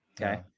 Okay